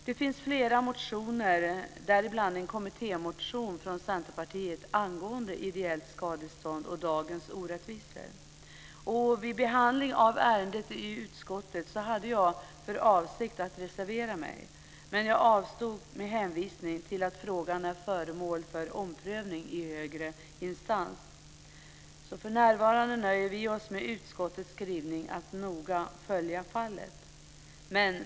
Det finns flera motioner, däribland en kommittémotion från Centerpartiet om dagens orättvisor angående ideellt skadestånd. Vid behandlingen av ärendet i utskottet hade jag för avsikt att reservera mig, men jag avstod med hänvisning till att frågan är föremål för överprövning i högre instans. För närvarande nöjer vi oss med utskottets skrivning om "att noga följa fallet".